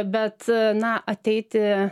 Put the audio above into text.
bet na ateiti